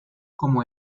como